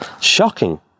Shocking